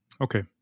Okay